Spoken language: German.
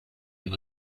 den